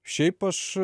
šiaip aš